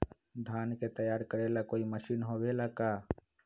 धान के तैयार करेला कोई मशीन होबेला का?